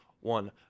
one